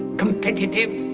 competitive.